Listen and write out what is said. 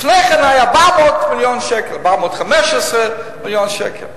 לפני כן היה 415 מיליון שקלים.